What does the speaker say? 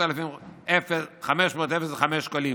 5,505 שקלים,